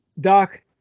Doc